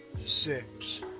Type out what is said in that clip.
Six